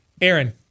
Aaron